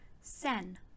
SEN